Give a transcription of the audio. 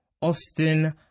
often